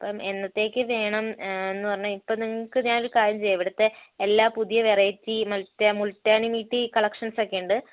അപ്പോൾ എന്നത്തേക്ക് വേണം എന്നു പറഞ്ഞാൽ ഇപ്പം നിങ്ങൾക്ക് ഞാൻ ഒരു കാര്യം ചെയ്യാം ഇവിടുത്തെ എല്ലാ പുതിയ വെറൈറ്റീ മറ്റെ മുൾട്ടയാണെങ്കിൽ ഇതിനകത്ത് ഈ കളക്ഷൻസ് ഒക്കെ ഉണ്ട്